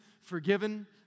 forgiven